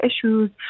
issues